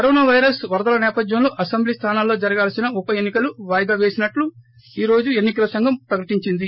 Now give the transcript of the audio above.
corona virus వరదల నేపథ్యంలో assembly స్దానాల్లో జరగాల్సిన ఉప ఎన్ని కలు వాయిదా పేసినట్లు ఈ రోజు ఎన్సికల సంఘం ప్రకటించింది